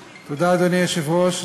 תודה, אדוני היושב-ראש.